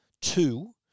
Two